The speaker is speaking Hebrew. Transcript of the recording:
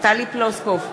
טלי פלוסקוב,